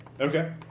Okay